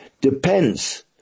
depends